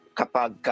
kapag